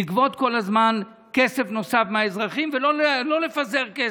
לגבות כל הזמן כסף נוסף מהאזרחים ולא לפזר כסף,